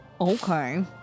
okay